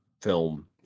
film